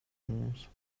onze